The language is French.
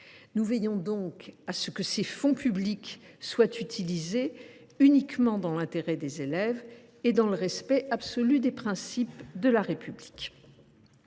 Nous veillons de près à ce que ces fonds publics soient utilisés uniquement dans l’intérêt des élèves et dans le respect absolu des principes de la République.